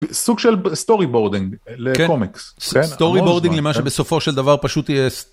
סוג של סטורי בורדינג לקומיקס. סטורי בורדינג למה שבסופו של דבר פשוט...